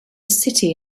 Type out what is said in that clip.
city